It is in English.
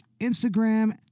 Instagram